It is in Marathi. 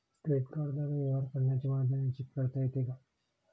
क्रेडिट कार्डद्वारे व्यवहार करण्याची मर्यादा निश्चित करता येते का?